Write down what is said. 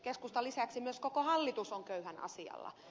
keskustan lisäksi myös koko hallitus on köyhän asialla